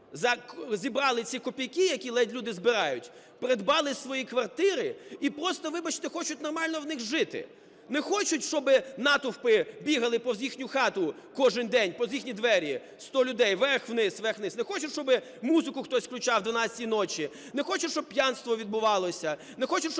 зібрали ці копійки, які ледь люди збирають, придбали свої квартири і просто, вибачте, хочуть нормально в них жити. Не хочуть, щоби натовпи бігали повз їхню хату кожен день, повз їхні двері, сто людей верх-вниз, верх-вниз. Не хочуть, щоби музику хтось включав о 12-й ночі. Не хочуть, щоб п'янство відбувалося.